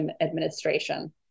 administration